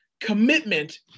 commitment